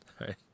right